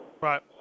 Right